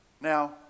Now